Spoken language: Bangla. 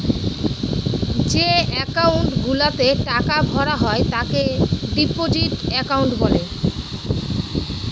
যে একাউন্ট গুলাতে টাকা ভরা হয় তাকে ডিপোজিট একাউন্ট বলে